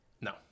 No